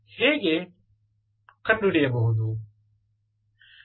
ಮತ್ತು ಈ ಸ್ಪಾಟ್ ಆವರ್ತನವನ್ನು ನಾನು ಹೇಗೆ ಕಂಡುಹಿಡಿಯುವುದು